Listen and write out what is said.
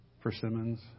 Persimmons